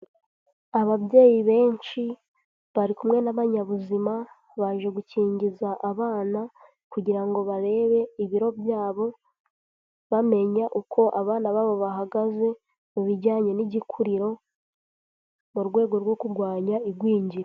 Ababyeyi benshi bari kumwe n'abanyabuzima baje gukingiza abana kugira ngo barebe ibiro byabo, bamenya uko abana babo bahagaze mu bijyanye n'igikuriro, mu rwego rwo kurwanya igwingira.